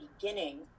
beginning